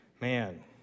Man